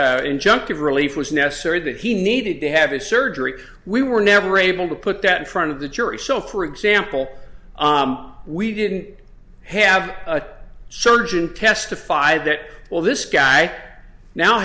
injunctive relief was necessary that he needed to have his surgery we were never able to put that in front of the jury so for example we didn't have a surgeon testified that well this guy now